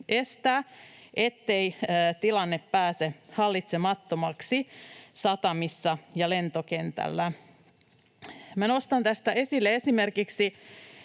estää, jotta tilanne ei pääse hallitsemattomaksi satamissa ja lentokentällä. Minä nostan esille esimerkin